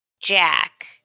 Jack